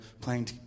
playing